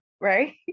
right